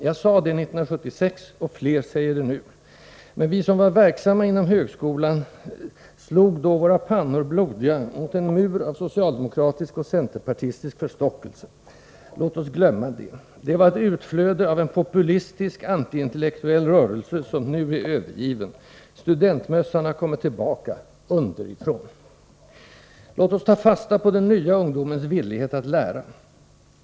Jag sade det år 1976, och fler säger det i dag. Vi som var verksamma inom ”högskolan” då slog våra pannor blodiga mot en mur av socialdemokratisk och centerpartistisk förstockelse. Men låt oss glömma det! Det var ett utflöde av en populistisk, antiintellektuell rörelse, som nu är övergiven. Studentmössan har kommit tillbaka, underifrån. Låt oss ta fasta på den nya ungdomens villighet att lära.